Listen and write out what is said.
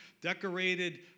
decorated